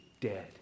dead